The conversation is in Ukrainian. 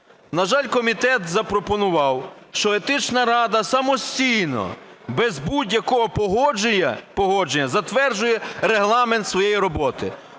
На жаль, комітет запропонував, що Етична рада самостійно, без будь-якого погодження затверджує регламент своєї роботи,